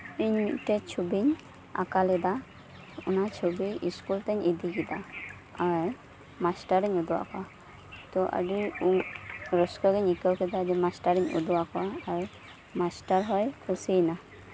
ᱤᱧ ᱢᱤᱫᱴᱮᱱ ᱪᱷᱚᱵᱤᱧ ᱟᱸᱠᱟᱣ ᱞᱮᱫᱟ ᱚᱱᱟ ᱪᱷᱚᱵᱤ ᱥᱠᱩᱞ ᱛᱮᱧ ᱤᱫᱤ ᱠᱮᱫᱟ ᱟᱨ ᱢᱟᱥᱴᱟᱨᱤᱧ ᱩᱫᱩᱜᱟᱫ ᱠᱚᱣᱟ ᱛᱚ ᱟᱹᱰᱤ ᱨᱟᱹᱥᱠᱟᱹᱜᱤᱧ ᱟᱹᱭᱠᱟᱹᱣ ᱠᱮᱫᱟ ᱡᱮ ᱢᱟᱥᱴᱟᱨᱤᱧ ᱩᱫᱩᱜ ᱟᱫ ᱠᱚᱣᱟ ᱟᱨ ᱢᱟᱥᱴᱟᱨ ᱦᱚᱸᱭ ᱠᱩᱥᱤᱭᱱᱟ